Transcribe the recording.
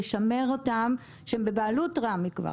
שהן כבר בבעלות רמ"י,